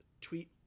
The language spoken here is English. tweet